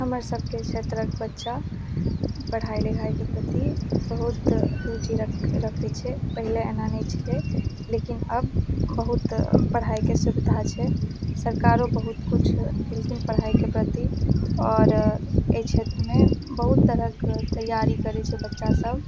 हमर सबके क्षेत्रक बच्चा पढ़ाइ लिखाइके प्रति बहुत रुचि रखै छै पहिले एना नहि छलै लेकिन आब बहुत पढ़ाइके सुविधा छै सरकारो बहुत किछु केलखिन पढ़ाइके प्रति आओर एहि क्षेत्रमे बहुत तरहक तैयारी करै छै बच्चा सब